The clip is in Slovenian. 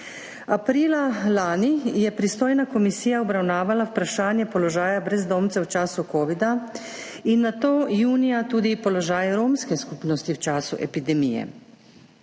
Aprila lani je pristojna komisija obravnavala vprašanje položaja brezdomcev v času covida in nato junija tudi položaj romske skupnosti v času epidemije.